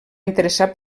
interessar